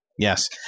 Yes